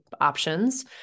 options